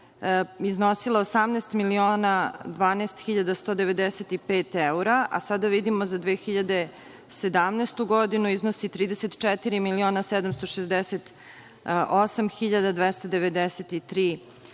iznosila 18 miliona 12 hiljada 195 evra, a sada vidimo da za 2017. godinu iznosi 34 miliona 768 hiljada 293 evra.